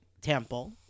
temple